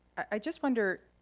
i just wonder,